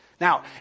Now